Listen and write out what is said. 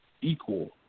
equal